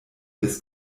des